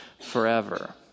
forever